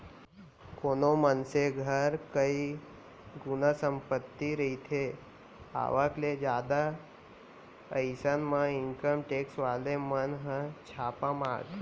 कोनो मनसे घर कई गुना संपत्ति रहिथे आवक ले जादा अइसन म इनकम टेक्स वाले मन ह छापा मारथे